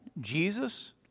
Jesus